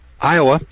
Iowa